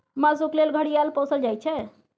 मासुक लेल घड़ियाल पोसल जाइ छै